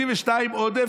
32 עודף,